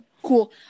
Cool